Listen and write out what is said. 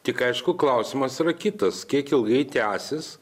tik aišku klausimas yra kitas kiek ilgai tęsis